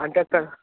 అంతే ట